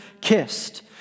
kissed